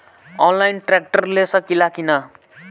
Online tractor ले सकीला कि न?